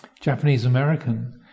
Japanese-American